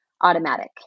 automatic